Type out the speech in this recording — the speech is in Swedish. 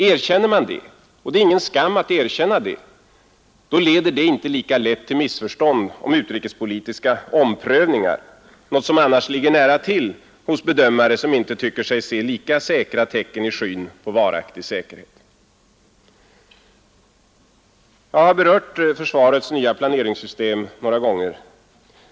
Erkänner man detta — och det är ingen skam att erkänna det — då leder det inte lika lätt till missförstånd om utrikespolitiska omprövningar, något som annars ligger nära till hos bedömare som inte tycker sig se lika säkra tecken i skyn på varaktig säkerhet. Jag har berört försvarets nya planeringssystem några gånger.